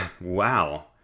wow